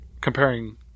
comparing